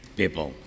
people